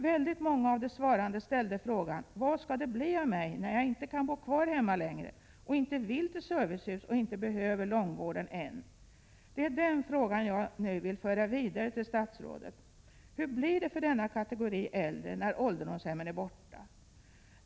Väldigt många av de svarande ställde frågan: Vad skall det bli av mig när jag inte kan bo kvar hemma längre, inte vill till servicehus och inte behöver långvården än? Det är den frågan jag nu vill föra vidare till statsrådet: Hur blir det för denna kategori äldre när ålderdomshemmen är borta?